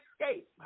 escape